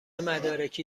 مدارکی